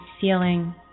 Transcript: feeling